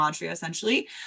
essentially